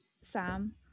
Sam